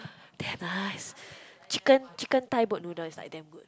damn nice chicken chicken Thai boat noodles is like damn good